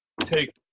take